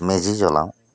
মেজি জ্বলাওঁ